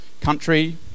country